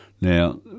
Now